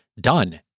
done